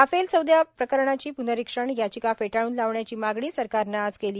Rafale सौद्या प्रकरणाची पुनरिक्षण याचिका फेटाळून लावण्याची मागणी सरकारनं केली